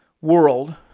world